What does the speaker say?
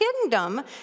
kingdom